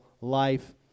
life